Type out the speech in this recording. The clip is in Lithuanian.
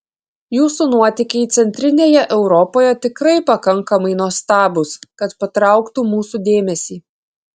jūsų nuotykiai centrinėje europoje tikrai pakankamai nuostabūs kad patrauktų mūsų dėmesį